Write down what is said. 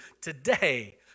today